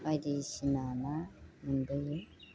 बायदिसिना ना मोनबोयो